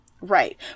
Right